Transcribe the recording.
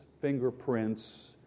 fingerprints